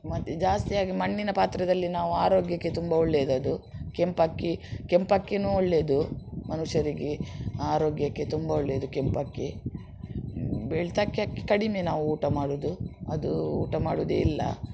ಮತ್ತು ಜಾಸ್ತಿಯಾಗಿ ಮಣ್ಣಿನ ಪಾತ್ರೆದಲ್ಲಿ ನಾವು ಆರೋಗ್ಯಕ್ಕೆ ತುಂಬ ಒಳ್ಳೆಯದದು ಕೆಂಪಕ್ಕಿ ಕೆಂಪಕ್ಕಿ ಒಳ್ಳೆದು ಮನುಷ್ಯರಿಗೆ ಆರೋಗ್ಯಕ್ಕೆ ತುಂಬ ಒಳ್ಳೆದು ಕೆಂಪಕ್ಕಿ ಬೆಳ್ತಕ್ಕಿ ಅಕ್ಕಿ ಕಡಿಮೆ ನಾವು ಊಟ ಮಾಡುವುದು ಅದು ಊಟ ಮಾಡೋದೇ ಇಲ್ಲ